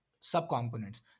sub-components